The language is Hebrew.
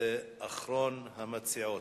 שהיא אחרונת המציעים.